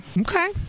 Okay